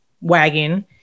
wagon